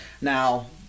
Now